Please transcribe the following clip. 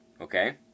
Okay